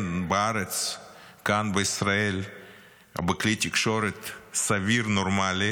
בארץ כאן בישראל ובכלי תקשורת סביר ונורמלי.